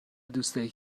دوستایی